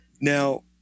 Now